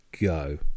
go